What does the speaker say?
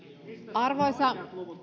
arvoisa